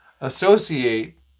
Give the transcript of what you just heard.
associate